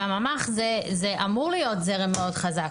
והממ"ח זה אמור להיות זרם מאוד חזק.